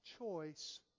choice